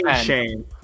Shame